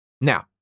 Now